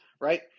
right